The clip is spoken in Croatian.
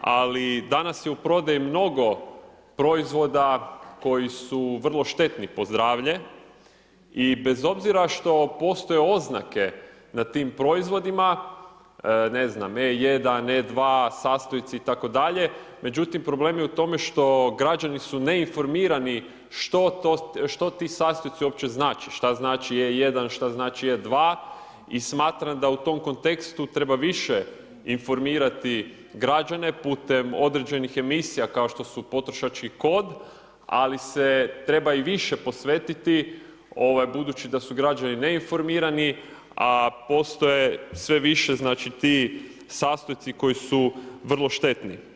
ali danas je u prodaji mnogo proizvoda koji su vrlo štetni po zdravlje i bez obzira što postoje oznake na tim proizvodima, ne znam E1, E2, sastojci itd., međutim problem je u tome što građani su neinformirani što ti sastojci uopće znače, šta znači E1, šta znači E2 i smatram da u tom kontekstu treba više informirati građane putem određenih emisija kao što su Potrošački kod ali se treba i više posvetiti budući da su građani neinformirani a postoje sve više znači ti sastojci koji su vrlo štetni.